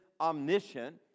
omniscient